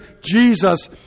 Jesus